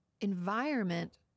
environment